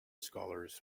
scholars